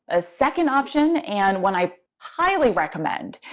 a second option, and one i highly recommend,